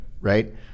Right